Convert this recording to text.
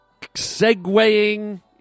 segueing